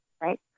right